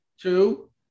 Two